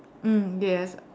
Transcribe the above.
mm yes